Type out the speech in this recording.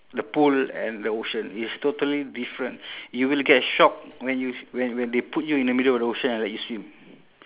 the pool and the ocean it's totally different you will get shock when you when when they put you in the middle of the ocean and let you swim